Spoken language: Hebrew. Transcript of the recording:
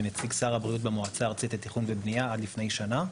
ונציג שר הבריאות במועצה הארצית לתכנון ובנייה עד לפני שנה,